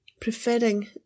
preferring